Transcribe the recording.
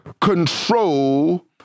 control